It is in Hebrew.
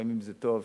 לפעמים זה טוב,